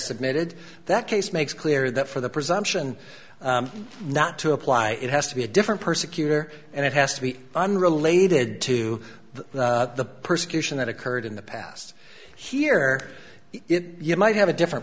submitted that case makes clear that for the presumption not to apply it has to be a different persecutor and it has to be unrelated to the persecution that occurred in the past here you might have a different